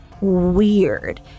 weird